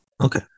Okay